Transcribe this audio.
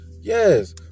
Yes